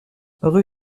rue